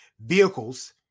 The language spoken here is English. vehicles